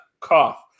Cough